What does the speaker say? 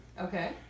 Okay